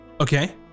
Okay